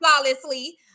flawlessly